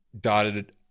dotted